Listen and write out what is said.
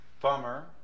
Bummer